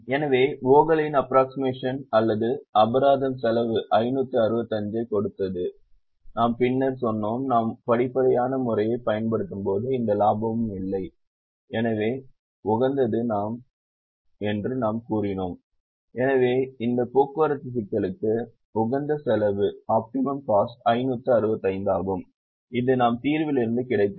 எனவே வோகலின் அப்ரோக்ஸிமேஷன் அல்லது அபராதம் செலவு 565 ஐக் கொடுத்தது நாம் பின்னர் சொன்னோம் நாம் படிப்படியான முறையைப் பயன்படுத்தும் போது எந்த லாபமும் இல்லை எனவே உகந்தது என்று நாம் கூறினோம் எனவே இந்த போக்குவரத்து சிக்கலுக்கு உகந்த செலவு 565 ஆகும் இது நம் தீர்விலிருந்து கிடைத்தது